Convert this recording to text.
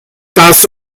das